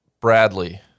Bradley